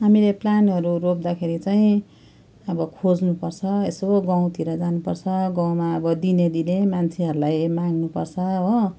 हामीले प्लान्टहरू रोप्दाखेरि चाहिँ अब खोज्नु पर्छ यसो गाउँतिर जानु पर्छ गाउँमा अब दिने दिने मान्छेहरूलाई मागनु पर्छ हो